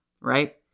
right